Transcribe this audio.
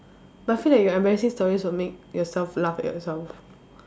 but feel like your embarrassing stories will make yourself laugh at yourself